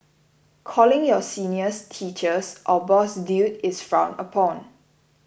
calling your seniors teachers or boss dude is frowned upon